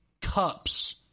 Cups